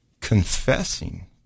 confessing